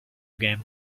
game